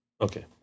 Okay